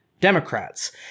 Democrats